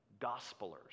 gospelers